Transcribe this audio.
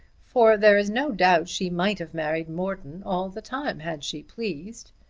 for there is no doubt she might have married morton all the time had she pleased.